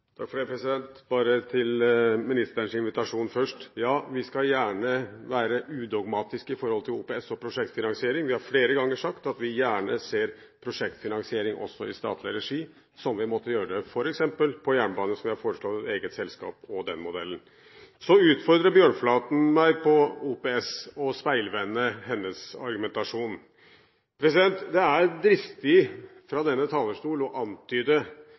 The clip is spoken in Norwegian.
til ministerens invitasjon: Ja, vi skal gjerne være udogmatiske når det gjelder OPS og prosjektfinansiering. Vi har flere ganger sagt at vi gjerne ser prosjektfinansiering også i statlig regi, som vi måtte gjøre på f.eks. jernbane, hvor vi har foreslått eget selskap – den modellen. Så utfordrer Bjørnflaten meg på OPS, og jeg vil speilvende hennes argumentasjon. Det er dristig å antyde fra denne talerstol